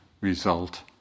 result